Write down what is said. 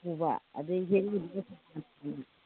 ꯎꯕ ꯑꯗꯩ